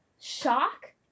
shock